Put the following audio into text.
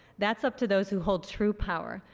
that's up to those who hold true power.